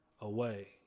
away